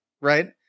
Right